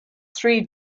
three